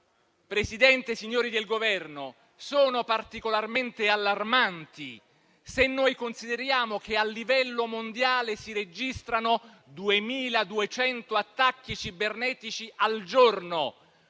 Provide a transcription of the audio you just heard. Presidente, signori del Governo, sono particolarmente allarmanti, se consideriamo che a livello mondiale si registrano 2.200 attacchi cibernetici al giorno,